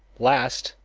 last,